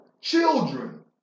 children